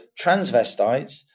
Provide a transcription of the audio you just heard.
transvestites